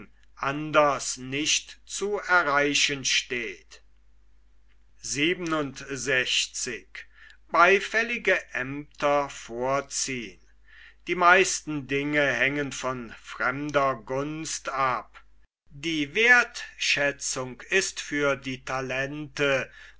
anders nicht zu erreichen steht die meisten dinge hängen von fremder gunst ab die wertschätzung ist für die talente